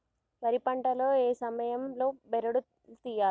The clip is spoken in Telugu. వరి పంట లో ఏ సమయం లో బెరడు లు తియ్యాలి?